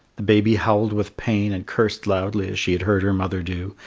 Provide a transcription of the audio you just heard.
the baby howled with pain and cursed loudly as she had heard her mother do,